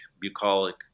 bucolic